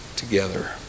Together